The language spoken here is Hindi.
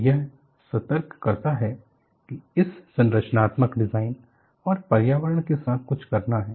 तो यह सतर्क करता है की इस संरचनात्मक डिजाइन और पर्यावरण के साथ कुछ करना है